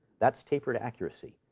that's tapered accuracy.